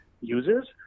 users